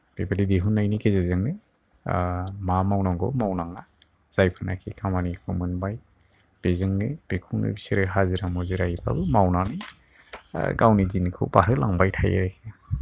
बेबायदि दिहुननायनि गेजेरजोंनो मा मावनांगौ मावनाङा जायफोरनाखि खामानिखौ मोनबाय बेजोंनो बेखौनो हाजिरा मुजिरायैबाबो मावनानै आह गावनि दिनखौ बारहोलांबाय थायो आरोखि